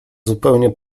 zupełnie